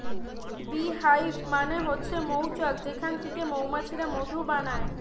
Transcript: bee hive মানে হচ্ছে মৌচাক যেখান থিকে মৌমাছিরা মধু বানায়